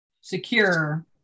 secure